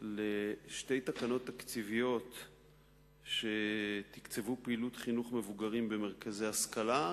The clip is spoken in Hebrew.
לשתי תקנות תקציביות שתקצבו פעילות חינוך מבוגרים במרכזי השכלה,